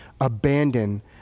abandon